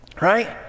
right